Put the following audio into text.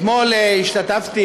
אתמול השתתפתי